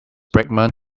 brickman